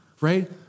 right